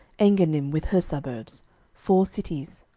engannim with her suburbs four cities.